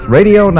Radio